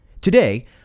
Today